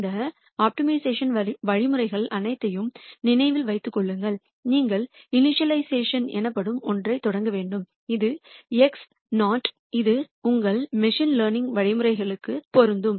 இந்த ஆப்டிமைசேஷன் வழிமுறைகள் அனைத்தையும் நினைவில் வைத்துக் கொள்ளுங்கள் நீங்கள் இணிஷியலிஷயேசன் எனப்படும் ஒன்றைத் தொடங்க வேண்டும் இது x நாட் இது உங்கள் மெஷின் லேர்னிங் வழிமுறைகளுக்கும் பொருந்தும்